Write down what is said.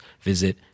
visit